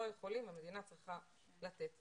עכשיו הם לא יכולים והמדינה צריכה לתת.